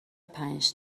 پنج